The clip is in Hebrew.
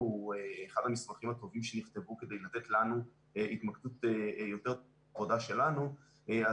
הוא אחד המסמכים הטובים שנכתבו כדי לתת לנו התמקדות יותר טובה שלנו,